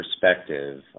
perspective